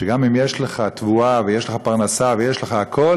שגם אם יש לך תבואה ויש לך פרנסה ויש לך הכול,